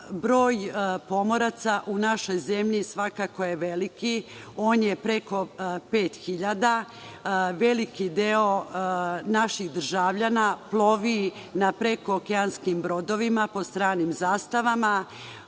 Broj pomoraca u našoj zemlji svakako je veliki. On je preko 5.000. Veliki deo naših državljana plovi na prekookeanskim brodovima, pod stranim zastavama.